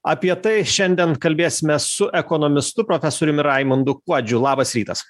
apie tai šiandien kalbėsimės su ekonomistu profesoriumi raimundu kuodžiu labas rytas